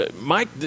mike